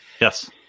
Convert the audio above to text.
Yes